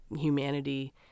humanity